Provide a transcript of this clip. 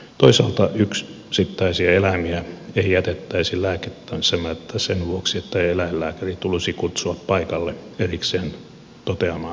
toisaalta yksittäisiä eläimiä ei jätettäisi lääkitsemättä sen vuoksi että eläinlääkäri tulisi kutsua paikalle erikseen toteamaan lääkitystarve